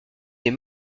des